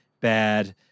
Bad